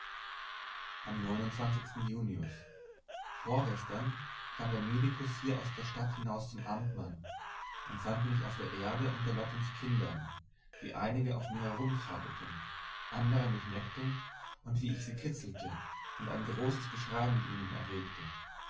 am junius vorgestern kam der medikus hier aus der stadt hinaus zum amtmann und fand mich auf der erde unter lottens kindern wie einige auf mir herumkrabbelten andere mich neckten und wie ich sie kitzelte und ein großes geschrei mit ihnen erregte